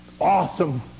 awesome